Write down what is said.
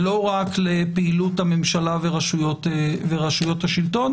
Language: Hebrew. ולא רק לפעילות הממשלה ורשויות השלטון,